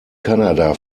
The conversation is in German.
canada